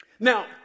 Now